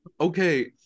okay